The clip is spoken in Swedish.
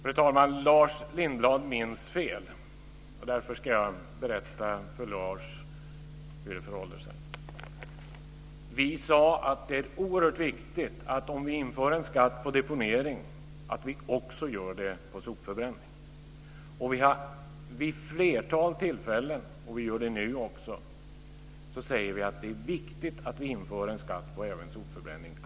Fru talman! Lars Lindblad minns fel. Därför ska jag berätta för Lars hur det förhåller sig. Vi sade att det är oerhört viktigt om vi inför en skatt på deponering att vi också gör det på sopförbränning. Vi har vid ett flertal tillfällen sagt, och gör det nu också, att det är viktigt att vi inför en skatt även på sopförbränning.